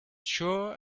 sure